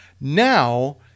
Now